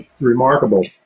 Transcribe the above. remarkable